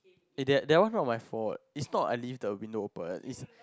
eh that that one not my fault is not I leave the window open is